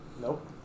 Nope